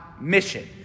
mission